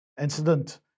incident